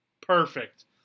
perfect